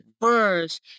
first